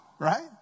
right